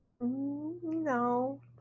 No